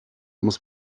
muss